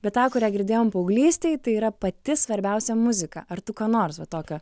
bet tą kurią girdėjom paauglystėj tai yra pati svarbiausia muzika ar tu ką nors va tokio